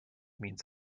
means